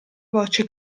voce